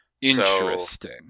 Interesting